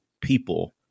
people